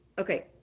Okay